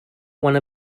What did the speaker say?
one